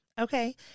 Okay